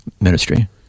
Ministry